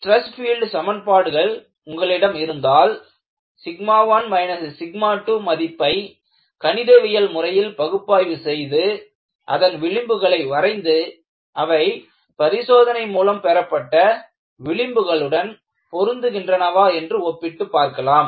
stress field சமன்பாடுகள் உங்களிடம் இருந்தால் 1 2 மதிப்பை கணிதவியல் முறையில் பகுப்பாய்வு செய்து அதன் விளிம்புகளை வரைந்து அவை பரிசோதனை மூலம் பெறப்பட்ட விளிம்புகளுடன் பொருந்துகின்றனவா என்று ஒப்பிட்டு பார்க்கலாம்